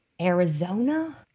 Arizona